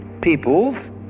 peoples